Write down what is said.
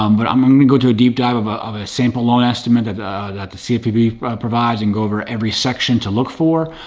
um but i'm um going to go to a deep dive of ah of a sample loan estimate that that the cfpb provides and go over every section to look for.